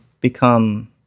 become